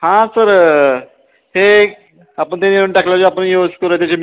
हां सर ते आपण ते नेऊन टाकलं की आपण व्यवस्थित करूया त्याचे